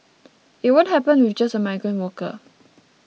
it won't happen with just a migrant worker